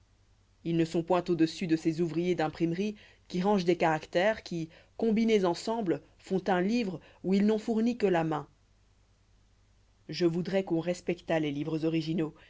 ils ne sont point au-dessus de ces ouvriers d'imprimerie qui rangent des caractères qui combinés ensemble font un livre où ils n'ont fourni que la main je voudrois qu'on respectât les livres originaux